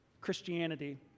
Christianity